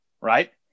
Right